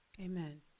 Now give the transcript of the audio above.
Amen